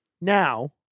Now